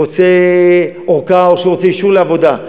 הוא רוצה ארכה או שהוא רוצה אישור לעבודה,